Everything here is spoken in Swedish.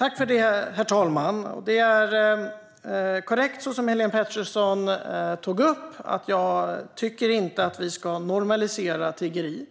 Herr talman! Det är korrekt, det som Helene Petersson tog upp - jag tycker inte att vi ska normalisera tiggeri.